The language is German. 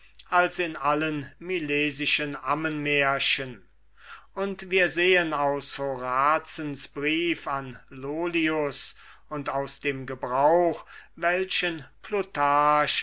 als in einem milesischen ammenmärchen und wir sehen aus horazens brief an lollius und aus dem gebrauch welchen